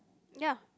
ya